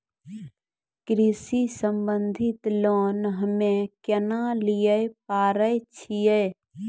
कृषि संबंधित लोन हम्मय केना लिये पारे छियै?